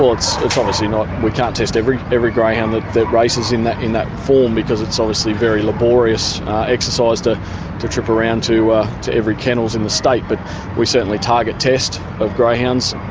ah it's obviously not, we can't test every every greyhound that races in that in that form, because it's obviously a very laborious exercise to to trip around to ah to every kennels in the state. but we certainly target test of greyhounds